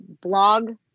blog